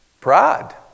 Pride